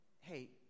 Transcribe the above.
Hey